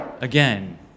again